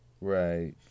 Right